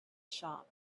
shop